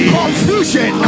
confusion